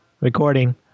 Recording